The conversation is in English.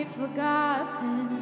forgotten